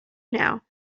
now